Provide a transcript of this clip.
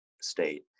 state